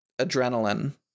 adrenaline